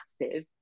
massive